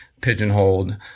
pigeonholed